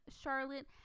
Charlotte